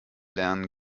lernen